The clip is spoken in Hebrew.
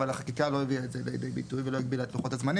אבל החקיקה לא הביאה את זה לידי ביטוי ולא הגבילה את לוחות הזמנים.